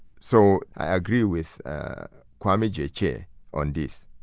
so i agree with kwame gyekye on this.